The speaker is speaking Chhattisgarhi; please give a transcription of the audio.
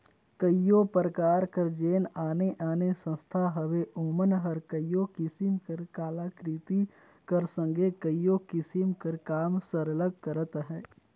कइयो परकार कर जेन आने आने संस्था हवें ओमन हर कइयो किसिम कर कलाकृति कर संघे कइयो किसिम कर काम सरलग करत अहें